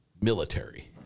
military